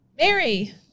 Mary